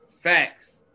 Facts